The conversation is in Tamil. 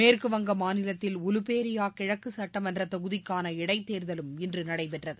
மேற்குவங்க மாநிலத்தில் உலுபேரியா கிழக்கு சுட்டமன்ற தொகுதிக்கான இடைத் தேர்தலும் இன்று நடைபெற்றது